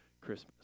Christmas